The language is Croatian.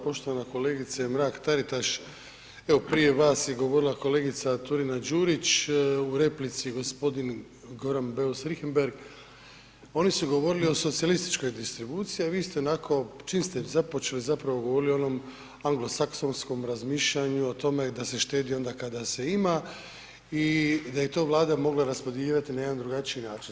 Poštovana kolegice Mrak Taritaš, evo prije vas je govorila kolegica Turina Đurić, u replici g. Beus Richembergh, oni su govorili o socijalističkoj distribuciji, a vi ste onako čim ste započeli zapravo govorili o onom anglosaksonskom razmišljanju, o tome da se štedi onda kada se ima i da je to Vlada mogla raspodjeljivati na jedan drugačiji način.